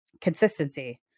consistency